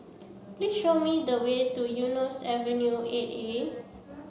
please show me the way to Eunos Avenue Eight A